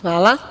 Hvala.